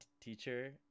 teacher